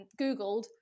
googled